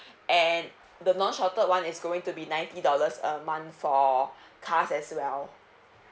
and the non sheltered one is going to be ninety dollars a month for cars as well